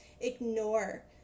ignore